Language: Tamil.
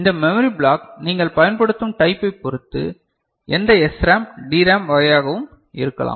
இந்த மெமரி பிளாக் நீங்கள் பயன்படுத்தும் டைப்பைப் பொறுத்து எந்த SRAM DRAM வகையாகவும் இருக்கலாம்